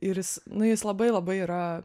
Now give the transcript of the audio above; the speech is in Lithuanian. ir jis nu jis labai labai yra